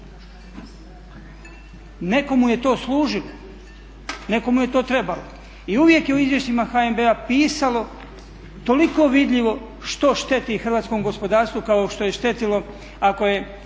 Nekome je to služilo, nekome je to trebalo. I uvijek je u izvješćima HNB-a pisalo toliko vidljivo što šteti hrvatskom gospodarstvu kao što je štetilo ako je